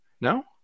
no